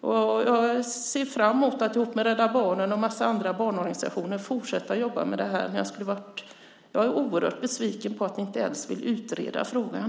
Jag ser fram emot att tillsammans med Rädda Barnen och en mängd andra barnorganisationer fortsätta att jobba med det här. Men jag är oerhört besviken på att ni inte ens vill utreda frågan.